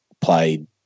played